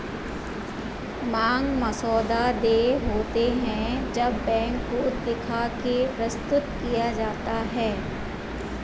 मांग मसौदा देय होते हैं जब बैंक को दिखा के प्रस्तुत किया जाता है